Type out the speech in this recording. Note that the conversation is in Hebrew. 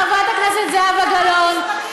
חברת הכנסת זהבה גלאון,